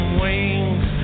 wings